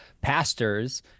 pastors